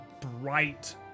bright